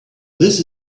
this